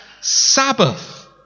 Sabbath